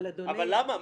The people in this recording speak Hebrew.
אבל למה?